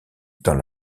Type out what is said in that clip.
dans